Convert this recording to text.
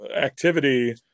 activity